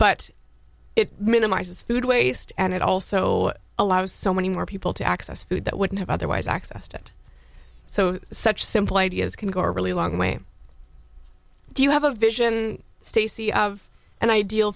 but it minimizes food waste and it also allows so many more people to access food that wouldn't have otherwise access to it so such simple ideas can go a really long way do you have a vision stacy of an ideal